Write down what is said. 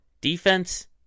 Defense